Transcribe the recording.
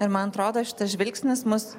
ir man atrodo šitas žvilgsnis mus